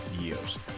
years